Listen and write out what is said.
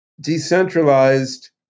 Decentralized